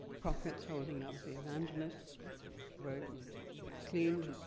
prophets holding up the evangelists were cleaned,